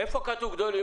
איפה כתוב גדולים?